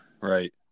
right